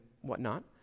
whatnot